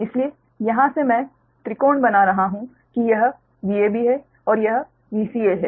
इसलिए यहाँ से मैं त्रिकोण बना रहा हूँ कि यह Vab है और यह Vca है